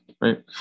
right